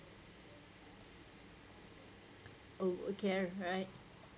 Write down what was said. oh okay right